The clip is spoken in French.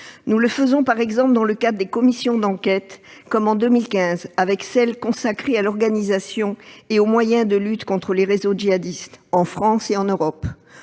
Nous le faisons, par exemple, dans le cadre des commissions d'enquête, comme en 2015, avec celle consacrée à l'organisation et aux moyens de lutte contre les réseaux djihadistes en France et en Europe,